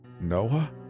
Noah